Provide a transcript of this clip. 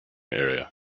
area